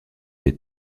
des